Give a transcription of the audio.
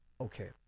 Okay